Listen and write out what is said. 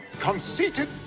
conceited